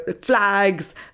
flags